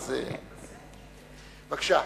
בבקשה.